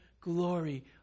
glory